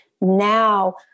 Now